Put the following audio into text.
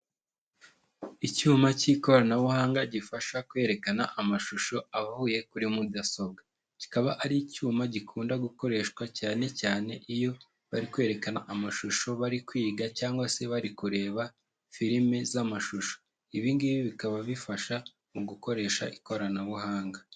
Icyuma cy'ikoranabuhanga gifasha kwerekana amashusho avuye kuri mudasobwa, kikaba ari icyuma gikunda gukoreshwa cyane cyane iyo bari kwerekana amashusho bari kwiga cyangwa se bari kureba filime z'amashusho, ibi ngibi bikaba bifasha mu gukoresha ikoranabuhanga.